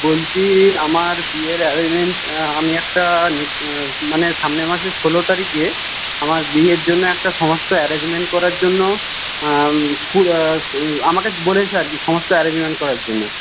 বলছি আমার বিয়ের অ্যারেঞ্জমেন্ট আমি একটা মানে সামনের মাসে ষোলো তারিখে আমার বিয়ের জন্য একটা সমস্ত অ্যারেঞ্জমেন্ট করার জন্য ফুল আমাকে বলেছে আর কি সমস্ত অ্যারেঞ্জমেন্ট করার জন্য